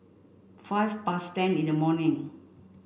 five past ten in the morning